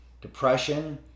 depression